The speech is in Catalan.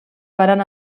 varen